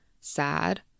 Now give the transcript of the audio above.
sad